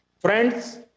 Friends